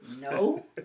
No